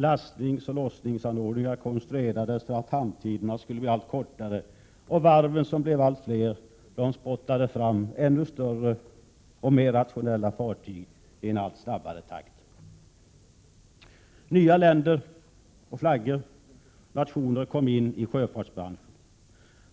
Lastningsoch lossningsanordningar konstruerades för att hamntiderna skulle bli allt kortare och varven, som blev allt fler, spottade fram ännu större och mer rationella fartyg i en allt snabbare takt. Nya nationer och flaggor kom in i sjöfartsbranschen,